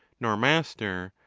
nor master,